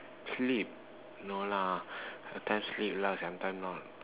sleep no lah sometime sleep lah sometime not